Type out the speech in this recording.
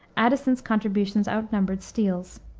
addison's contributions outnumbered steele's.